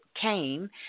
came